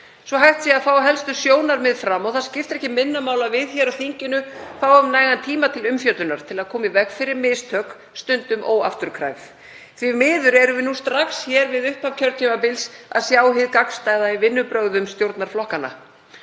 að hægt sé að fá helstu sjónarmið fram og það skiptir ekki minna máli að við hér í þinginu fáum nægan tíma til umfjöllunar til að koma í veg fyrir mistök, stundum óafturkræf. Því miður erum við strax hér við upphaf kjörtímabils að sjá hið gagnstæða í vinnubrögðum stjórnarflokkanna.